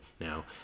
now